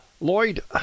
Lloyd